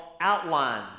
outlines